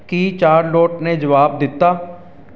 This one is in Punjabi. ਕੀ ਚਾਰਲੋਟ ਨੇ ਜਵਾਬ ਦਿੱਤਾ